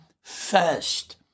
first